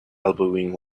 elbowing